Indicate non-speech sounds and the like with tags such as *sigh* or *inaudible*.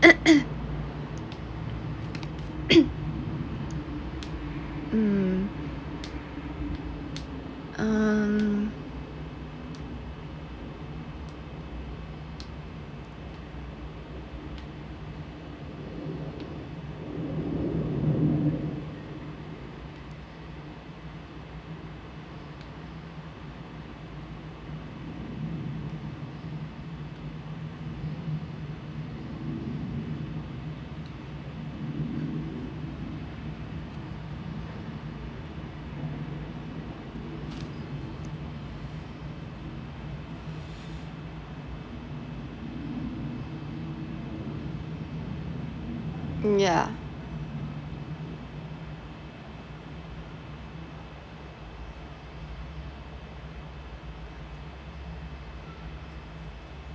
*noise* mm um yeah